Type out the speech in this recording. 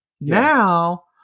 Now